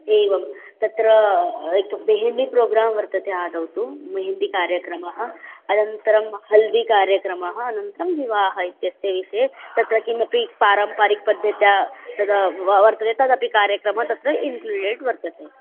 एवं तत्र एक् मेहेन्दि प्रोग्रां वर्तते आदौ तु मेहेन्दि कार्यक्रमः अनन्तरं हल्दी कार्यक्रमः अनन्तरं विवाह इत्यस्य विषये तस्य किमपि पारम्परिकपद्धत्या तदा व् वर्तते तदपि कार्यक्रमः तत्र इङ्क्लूडेड् वर्तते